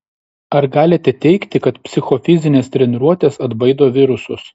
ar galite teigti kad psichofizinės treniruotės atbaido virusus